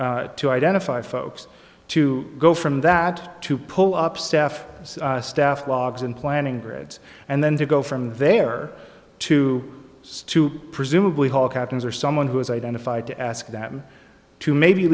commences to identify folks to go from that to pull up staff staff logs and planning grades and then to go from there to to presumably hall captains or someone who is identified to ask them to maybe